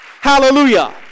Hallelujah